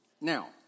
now